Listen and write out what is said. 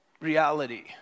Reality